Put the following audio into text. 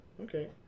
okay